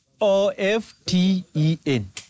O-F-T-E-N